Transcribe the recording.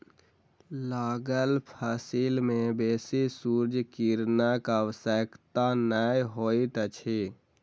लागल फसिल में बेसी सूर्य किरणक आवश्यकता नै होइत अछि